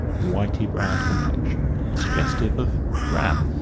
whity-brown complexion suggestive of bran.